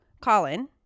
Colin